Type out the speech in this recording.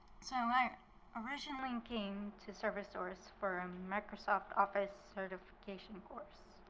so i originally came to servicesource for a microsoft office certification course.